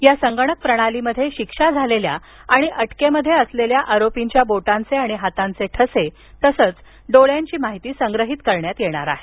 या संगणक प्रणालीमध्ये शिक्षा झालेल्या आणि अटक आरोपीच्या बोटांचे आणि हातांचे ठसे तसंच आणि डोळ्यांची माहिती संग्रहित करण्यात येणार आहे